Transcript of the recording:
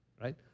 right